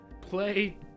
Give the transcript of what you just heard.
Play